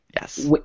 yes